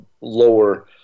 lower